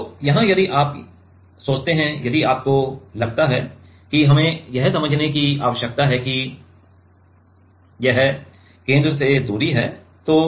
तो यहाँ यदि आप यहाँ सोचते हैं यदि आपको लगता है कि हमें यह समझने की आवश्यकता है कि यह केंद्र से दूरी है